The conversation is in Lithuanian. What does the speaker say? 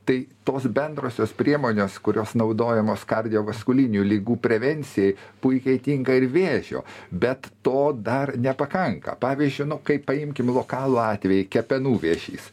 tai tos bendrosios priemonės kurios naudojamos kardiovaskulinių ligų prevencijai puikiai tinka ir vėžio bet to dar nepakanka pavyzdžiui nu kaip paimkim lokalų atvejį kepenų vėžys